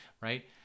right